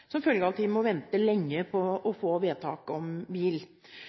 som følge av at de må vente lenge på å få vedtaket om bil.